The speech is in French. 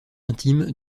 intime